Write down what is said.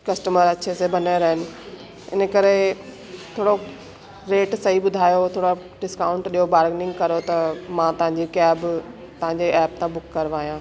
customer अच्छे से बने रहनि इन करे थोरो रेट सही ॿुधायो थोरा डिस्काउंट ॾियो बार्गिनिंग यो त मां तव्हांजी कैब तव्हांजे एप ता बुक करायां